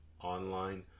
online